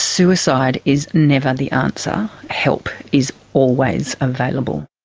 suicide is never the answer, help is always available.